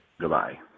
Goodbye